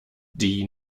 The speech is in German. die